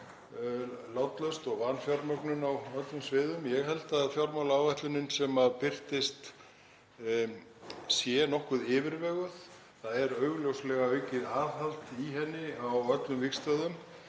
látlaust og vanfjármögnun á öllum sviðum. Ég held að fjármálaáætlunin sem birtist sé nokkuð yfirveguð. Það er augljóslega aukið aðhald í henni á öllum vígstöðvum.